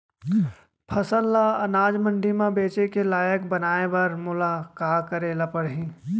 फसल ल अनाज मंडी म बेचे के लायक बनाय बर मोला का करे ल परही?